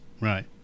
Right